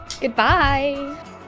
Goodbye